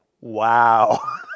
wow